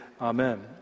Amen